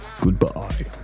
Goodbye